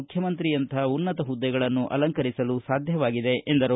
ಮುಖ್ಯಮಂತ್ರಿಯಂಥ ಉನ್ನತ ಹುದ್ದೆಗಳನ್ನು ಅಲಂಕರಿಸಲು ಸಾಧ್ಯವಾಗಿದೆ ಎಂದರು